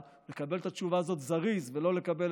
היא לקבל את התשובה הזאת בזריזות ולא לקבל